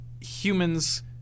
Humans